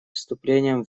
вступлением